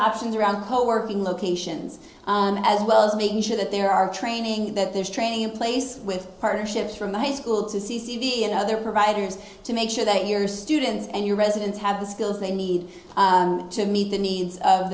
options around co working locations as well as making sure that there are training that there's training in place with partnerships from high school to c c t v and other providers to make sure that your students and your residents have the skills they need to meet the needs of